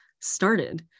started